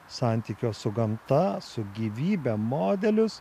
santykio su gamta su gyvybe modelius